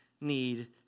need